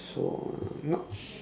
so uh not